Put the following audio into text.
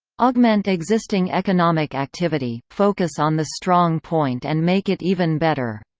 augment existing economic activity, focus on the strong point and make it even better.